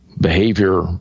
behavior